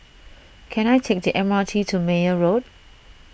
can I take the M R T to Meyer Road